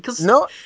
No